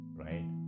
Right